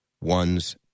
one's